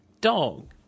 dog